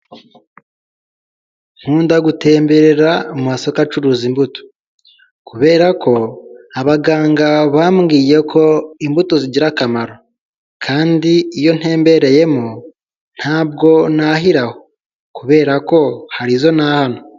Nkunda gutemberera mu masoko acuruza imbuto kubera ko, abaganga bambwiye ko imbuto zigira akamaro, kandi iyo ntembereyemo ntabwo ntahira aho kubera ko hari izo ntahana.